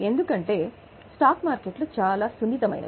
ఎందుకంటే స్టాక్ మార్కెట్లు చాలా సున్నితమైనవి